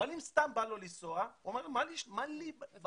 אבל אם סתם בא לו לנסוע הוא אומר: מה לי בארץ?